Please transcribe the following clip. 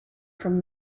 from